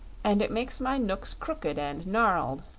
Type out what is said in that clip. and it makes my knooks crooked and gnarled,